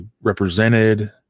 represented